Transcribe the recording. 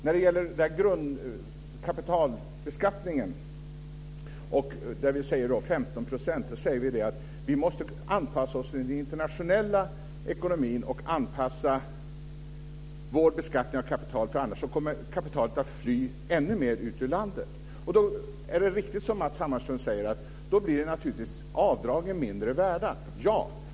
När det gäller kapitalbeskattningen, där vi föreslår 15 %, säger vi att vi måste anpassa oss till den internationella ekonomin. Vi måste anpassa vår beskattning av kapital, annars kommer ännu mer kapital att fly ut ur landet. Då är det riktigt som Matz Hammarström säger, att avdragen naturligtvis blir mindre värda, ja.